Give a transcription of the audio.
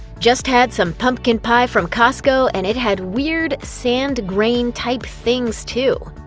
just had some pumpkin pie from costco and it had weird sand grain type things too!